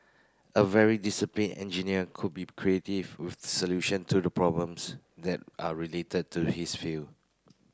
a very disciplined engineer could be creative with solution to the problems that are related to his field